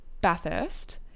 Bathurst